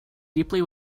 deeply